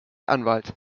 anwalt